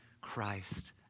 Christ